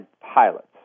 pilots